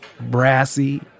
brassy